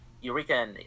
Eureka